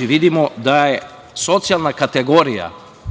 vidimo da je socijalna kategorija